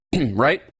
right